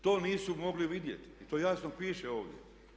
To nisu mogli vidjeti i to jasno piše ovdje.